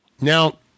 Now